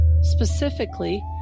specifically